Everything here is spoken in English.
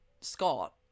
Scott